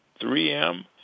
3M